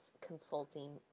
consulting